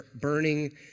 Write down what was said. burning